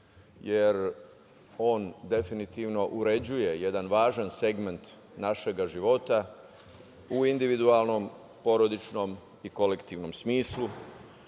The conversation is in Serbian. jer on definitivno uređuje jedan važan segment našega života u individualnom, porodičnom i kolektivnom smislu. To